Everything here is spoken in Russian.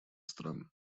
стран